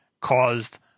caused